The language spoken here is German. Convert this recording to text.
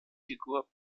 figur